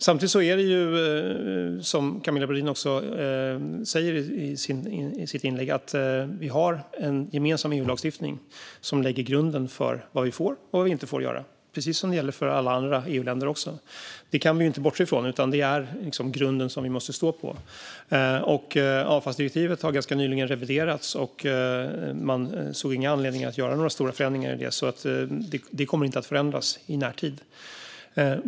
Samtidigt har vi, som Camilla Brodin också säger i sitt inlägg, en gemensam EU-lagstiftning som lägger grunden för vad vi får och inte får göra, vilket också gäller alla andra EU-länder. Det kan vi inte bortse från, utan det är den grund vi måste stå på. Avfallsdirektivet har ganska nyligen reviderats. Man såg då ingen anledning att göra några stora förändringar i det, så det kommer inte att förändras i närtid.